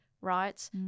right